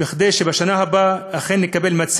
כדי שבשנה הבאה אכן נקבל ממשרד הבריאות